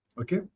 Okay